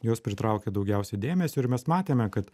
jos pritraukia daugiausiai dėmesio ir mes matėme kad